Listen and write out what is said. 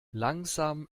langsam